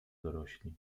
dorośli